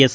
S